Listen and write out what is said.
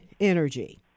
energy